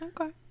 okay